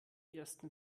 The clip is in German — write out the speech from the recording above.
ersten